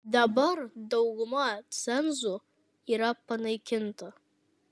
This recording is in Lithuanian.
dabar dauguma cenzų yra panaikinta